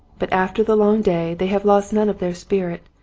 but after the long day they have lost none of their spirit,